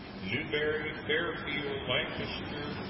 newberry, fairfield, lancaster,